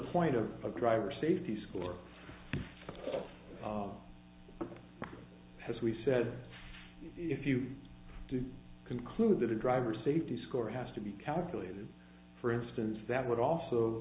point of driver safety score as we said if you do conclude that a driver safety score has to be calculated for instance that would also